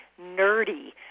nerdy